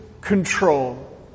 control